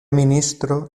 ministro